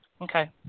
Okay